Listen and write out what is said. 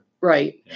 right